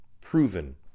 proven